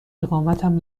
اقامتم